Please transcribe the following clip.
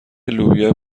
لوبیا